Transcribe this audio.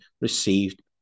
received